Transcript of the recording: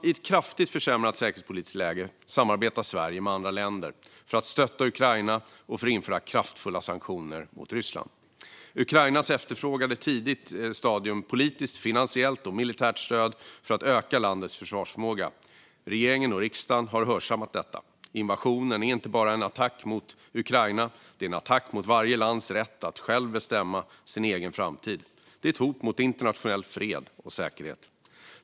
I ett kraftigt försämrat säkerhetspolitiskt läge samarbetar Sverige med andra länder för att stötta Ukraina och införa kraftfulla sanktioner mot Ryssland. Ukraina efterfrågade i ett tidigt skede politiskt, finansiellt och militärt stöd för att öka landets försvarsförmåga. Regeringen och riksdagen har hörsammat detta. Invasionen är en attack inte bara mot Ukraina. Den är en attack mot varje lands rätt att själv bestämma sin egen framtid. Den är ett hot mot internationell fred och säkerhet.